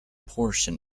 portion